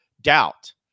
doubt